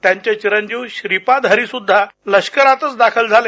त्यांचे चिरंजीव श्रीपाद हरी सुद्धा लष्करातच दाखल झाले